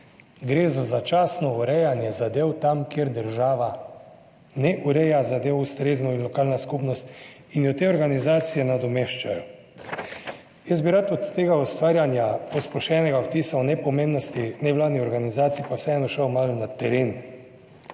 gre za začasno urejanje zadev tam, kjer država ne ureja zadev ustrezno in lokalna skupnost in jo te organizacije nadomeščajo. Jaz bi rad od tega ustvarjanja posplošenega vtisa o nepomembnosti nevladnih organizacij pa vseeno šel malo na teren.